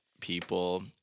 people